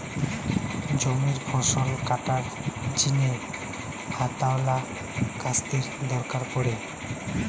জমিরে ফসল কাটার জিনে হাতওয়ালা কাস্তের দরকার পড়ে